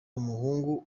umuhungu